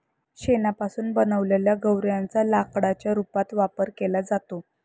शेणापासून बनवलेल्या गौर्यांच्या लाकडाच्या रूपात वापर केला जातो